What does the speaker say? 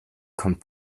kommt